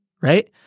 right